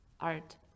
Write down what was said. art